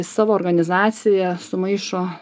savo organizacijoje sumaišo